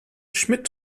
schmidt